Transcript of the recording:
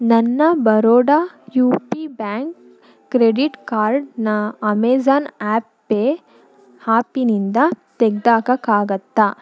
ನನ್ನ Baroda U P bank credit ಕಾರ್ಡ್ನ Amazon app pay ಹಾಪಿನಿಂದ ತೆಗ್ದು ಹಾಕೋಕ್ಕಾಗುತ್ತ